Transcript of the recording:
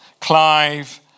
Clive